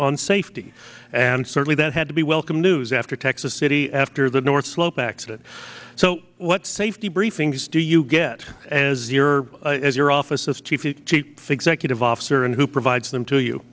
on safety and certainly that had to be welcome news after texas city after the north slope accident so what safety briefings do you get as your as your office of tv chief executive officer and who provides them to you